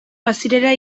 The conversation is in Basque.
bazirela